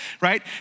right